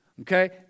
Okay